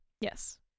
Yes